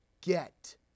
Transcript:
get